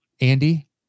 Andy